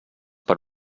per